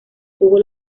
tuvo